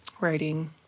writing